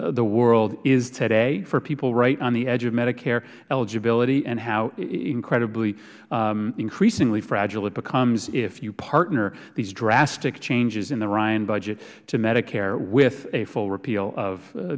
the world is today for people right on the edge of medicare eligibility and how incredibly increasingly fragile it becomes if you partner these drastic changes in the ryan budget to medicare with a full repeal of